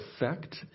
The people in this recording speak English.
effect